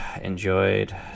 enjoyed